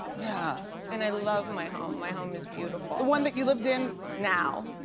yeah. and i love my home. my home is beautiful. the one that you lived in? now.